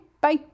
Bye